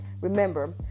remember